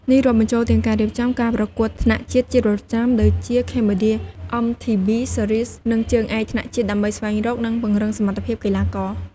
នេះរាប់បញ្ចូលទាំងការរៀបចំ ការប្រកួតថ្នាក់ជាតិជាប្រចាំ ដូចជា Cambodia MTB Series និងជើងឯកថ្នាក់ជាតិ ដើម្បីស្វែងរក និងពង្រឹងសមត្ថភាពកីឡាករ។